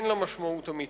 אין לה משמעות אמיתית.